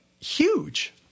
huge